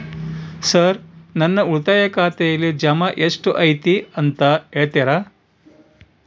Sir ನನ್ನ ಉಳಿತಾಯ ಖಾತೆಯಲ್ಲಿ ಜಮಾ ಎಷ್ಟು ಐತಿ ಅಂತ ಹೇಳ್ತೇರಾ?